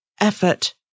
effort